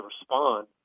respond